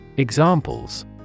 Examples